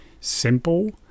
simple